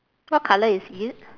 what colour is it